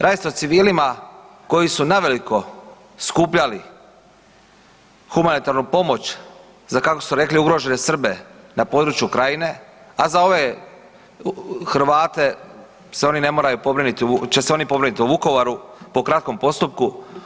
Radi se o civilima koji su naveliko skupljali humanitarnu pomoć za kako su rekli ugrožene Srbe na području Krajine, a za ove Hrvate se oni ne moraju pobrinuti, će se oni pobrinuti u Vukovaru po kratkom postupku.